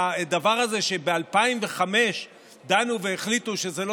הדבר הזה שב-2005 דנו והחליטו שזה לא